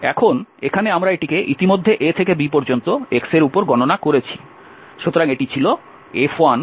এখন এখানে আমরা এটিকে ইতিমধ্যে a থেকে b পর্যন্ত x এর উপর গণনা করেছি